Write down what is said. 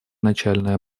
начальное